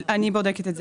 אני בודקת.